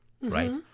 right